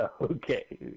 Okay